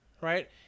Right